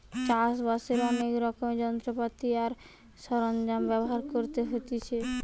চাষ বাসের অনেক রকমের যন্ত্রপাতি আর সরঞ্জাম ব্যবহার করতে হতিছে